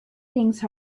things